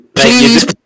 Please